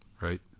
right